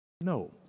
No